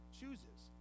chooses